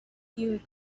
you